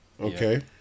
Okay